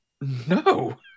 no